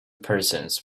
persons